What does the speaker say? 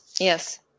Yes